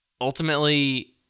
ultimately